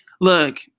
Look